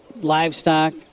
livestock